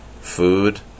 food